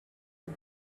din